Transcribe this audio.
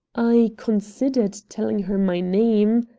i considered telling her my name.